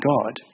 God